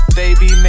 baby